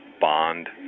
bond